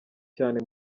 cyane